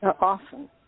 often